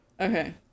okay